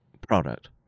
product